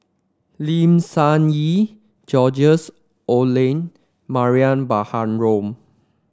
Lim Sun Gee George Oehlers and Mariam Baharom